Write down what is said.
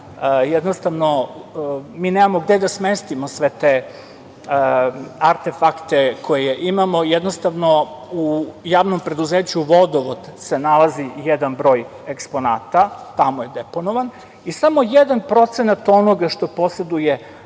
jednostavno mi nemamo gde da smestimo sve te arte-fakte koje imamo. Jednostavno u javnom preduzeću „Vodovod“ se nalazi jedan broj eksponata. Tamo je deponovan. Samo jedan procenat onog što poseduje